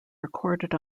recorded